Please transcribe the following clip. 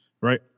right